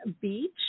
Beach